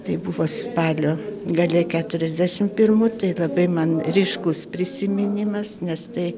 tai buvo spalio gale keturiasdešimt pirmų tai labai man ryškus prisiminimas nes tai